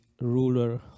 ruler